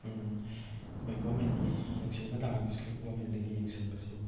ꯑꯩꯈꯣꯏ ꯒꯚꯔꯟꯃꯦꯟꯒꯤ ꯌꯦꯡꯁꯤꯟꯕ ꯇꯥꯔꯒꯁꯨ ꯒꯚꯔꯟꯃꯦꯟꯗꯒꯤ ꯌꯦꯡꯁꯤꯟꯕꯁꯤ